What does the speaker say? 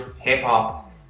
hip-hop